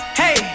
hey